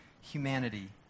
humanity